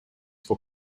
for